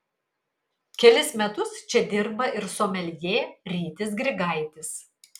kelis metus čia dirba ir someljė rytis grigaitis